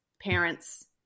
parents